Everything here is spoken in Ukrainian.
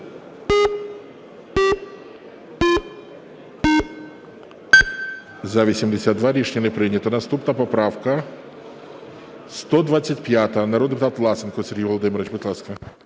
За-82 Рішення не прийнято. Наступна поправка 125, народний депутат Власенко Сергій Володимирович. Будь ласка.